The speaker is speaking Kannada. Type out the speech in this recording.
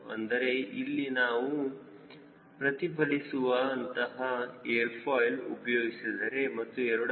ಅಂದರೆ ಇಲ್ಲಿ ನಾನು ಪ್ರತಿಫಲಿಸುವ ಅಂತಹ ಏರ್ ಫಾಯ್ಲ್ ಉಪಯೋಗಿಸಿದರೆ ಮತ್ತು a